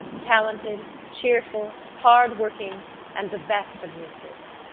talented, cheerful, hard-working and the best of nieces,